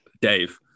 Dave